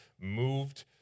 moved